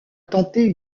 tenter